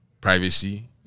privacy